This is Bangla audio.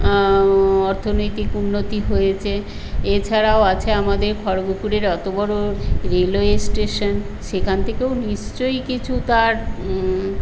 অর্থনৈতিক উন্নতি হয়েছে এছাড়াও আছে আমাদের খড়গপুরের অতবড় রেলওয়ে স্টেশন সেখান থেকেও নিশ্চয় কিছু তার